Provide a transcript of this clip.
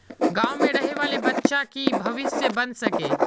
गाँव में रहे वाले बच्चा की भविष्य बन सके?